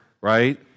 right